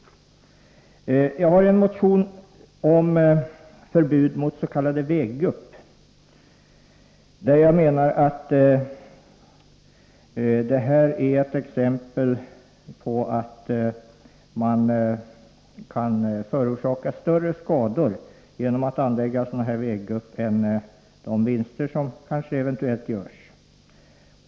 För det andra har jag en motion om förbud mot s.k. väggupp. I den menar jagatt detta är ett exempel på att man genom att anlägga väggupp förorsakar större skador än de vinster som kanske görs.